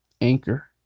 Anchor